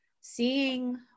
seeing